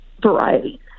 variety